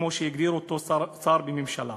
כמו שהגדיר אותו שר בממשלה?